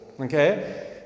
Okay